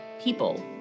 people